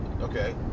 okay